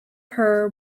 her